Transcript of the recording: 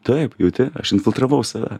taip jauti aš infiltravau save